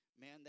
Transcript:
man